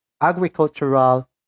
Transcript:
agricultural